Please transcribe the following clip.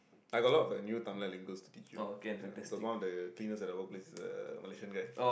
I got a lot of new Tamil linguals to teach you ya cause one of the cleaners at the workplace is a Malaysian guy